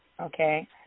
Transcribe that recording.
okay